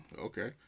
Okay